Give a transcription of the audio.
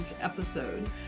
episode